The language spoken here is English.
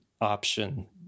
option